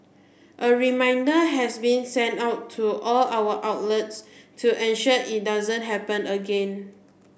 a reminder has been sent out to all our outlets to ensure it doesn't happened again